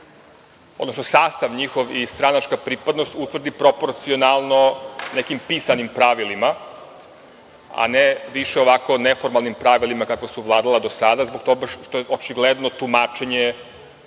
odnosno njihov sastav i stranačka pripadnost utvrdi proporcionalno nekim pisanim pravilima, a ne više ovako neformalnim pravilima kako su vladala do sada, zbog toga što je očigledno tumačenje